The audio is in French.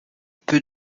peut